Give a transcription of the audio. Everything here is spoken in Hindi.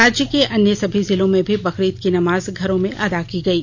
राज्य के अन्य सभी जिलों में भी बकरीद की नमाज घरों में अदा की गयी